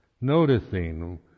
noticing